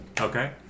Okay